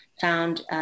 found